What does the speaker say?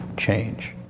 change